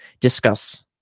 discuss